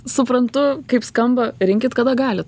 suprantu kaip skamba rinkit kada galit